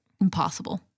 Impossible